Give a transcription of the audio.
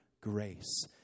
grace